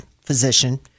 physician